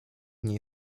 niej